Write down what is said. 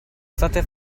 state